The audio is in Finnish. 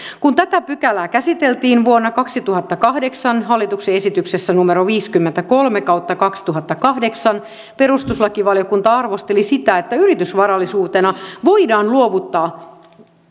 kun tätä pykälää käsiteltiin vuonna kaksituhattakahdeksan hallituksen esityksessä numero viisikymmentäkolme kautta kaksituhattakahdeksan perustuslakivaliokunta arvosteli sitä että yritysvarallisuutena voidaan luovuttaa